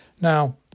Now